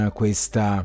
questa